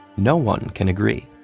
no one can agree.